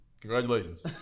Congratulations